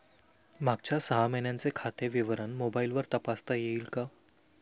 मागच्या सहा महिन्यांचे खाते विवरण मोबाइलवर तपासता येईल का?